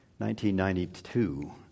1992